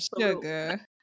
sugar